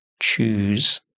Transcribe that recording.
choose